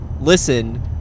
listen